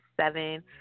seven